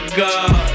god